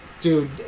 Dude